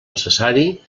necessari